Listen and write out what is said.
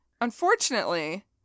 Unfortunately